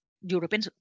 European